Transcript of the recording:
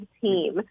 team